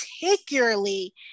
particularly